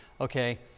okay